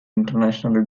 international